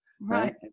right